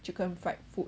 chicken fried food